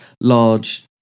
large